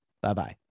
Bye-bye